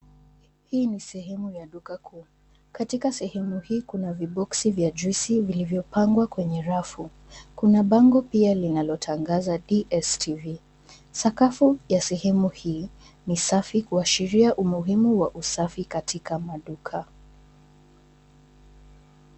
Hii ni sehemu ya duka kuu. Katika sehemu hii kuna viboksi vya juisi vilivyopangwa kwenye rafu. Kuna bango pia linalotangaza DSTV. Sakafu ya sehemu hii ni safi kuashiria umuhimu wa usafi katika maduka.